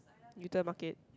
Uter market